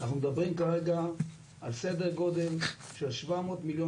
אנחנו מדברים כרגע על סדר גודל של 700 מיליון